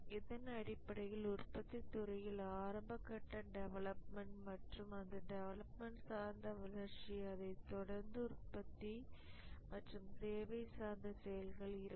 இதன் அடிப்படையில் உற்பத்தி துறையில் ஆரம்ப கட்ட டெவலப்மெண்ட் மற்றும் அந்த டெவலப்மெண்ட் சார்ந்த வளர்ச்சி அதைத்தொடர்ந்து உற்பத்தி மற்றும் சேவை சார்ந்த செயல்கள் இருக்கும்